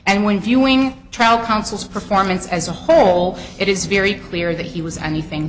and when viewing trial counsel's performance as a whole it is very clear that he was anything